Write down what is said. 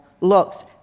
looks